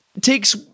takes